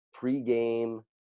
pregame